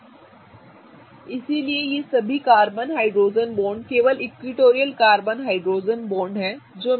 ठीक है इसलिए सभी ये कार्बन हाइड्रोजन बॉन्ड केवल इक्विटोरियल कार्बन हाइड्रोजन बॉन्ड हैं जो मैंने बनाए हैं